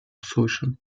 услышан